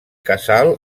casal